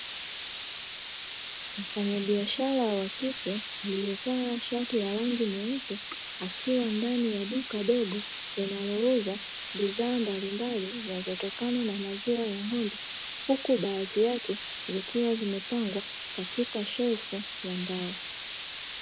Mfanyabiashara wa kike aliyevaa shati la rangi nyeupe, akiwa ndani ya duka dogo linalouza bidhaa mbalimbali, zinazotokana na maziwa ya ng'ombe huku baadhi yake zikiwa zimepangwa katika shelfu ya mbao.